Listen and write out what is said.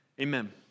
Amen